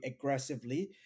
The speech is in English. aggressively